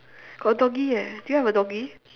got doggy eh do you have a doggy